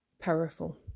powerful